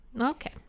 okay